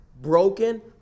broken